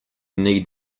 need